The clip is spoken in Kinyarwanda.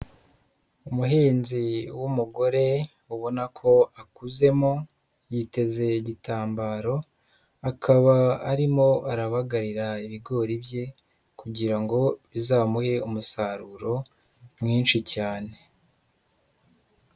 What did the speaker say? Umuhinzi w'umugore ubona ko akuzemo, yiteze igitambaro, akaba arimo arabagarira ibigori bye, kugira ngo bizamuhe umusaruro, mwinshi cyane.